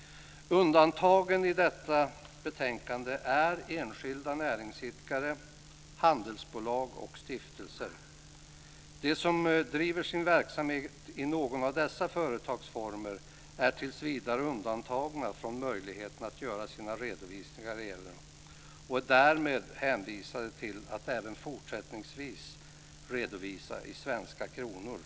Undantagen i detta betänkande är enskilda näringsidkare, handelsbolag och stiftelser. De som driver sin verksamhet i någon av dessa företagsformer är tills vidare undantagna från möjligheten att göra sina redovisningar i euro och är därmed hänvisade till att även fortsättningsvis redovisa i svenska kronor.